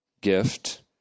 gift